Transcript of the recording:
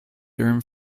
durham